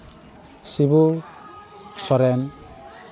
Sibu Soren